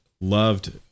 loved